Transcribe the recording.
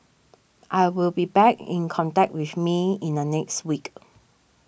I will be back in contact with May in the next week